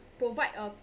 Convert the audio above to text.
provide a